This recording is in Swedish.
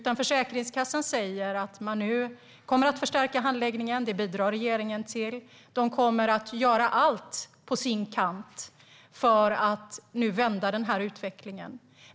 Det Försäkringskassan säger är att man nu kommer att förstärka handläggningen, och det bidrar regeringen till. Försäkringskassan kommer att göra allt på sin kant för att vända utvecklingen.